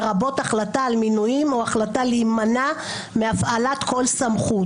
לרבות החלטה על מינויים או החלטה להימנע מהפעלת כל סמכות.